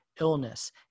illness